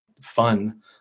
fun